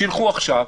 שילכו עכשיו,